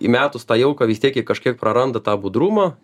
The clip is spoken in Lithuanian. įmetus tą jauką vis tiek ji kažkiek praranda tą budrumą